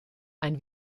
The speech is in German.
ein